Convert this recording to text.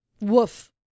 woof